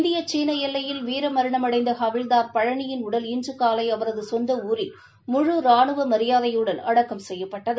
இந்திய சீனஎல்லையில் வீரமரணமடைந்தஹவில்தார் பழனியின் உடல் இன்றுகாலைஅவரதுசொந்தஊரில் முழு ரானுவமரியாதையுடன் அடக்கம் செய்யப்பட்டது